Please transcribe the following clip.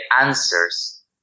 answers